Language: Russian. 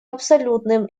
абсолютным